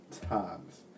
times